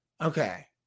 Okay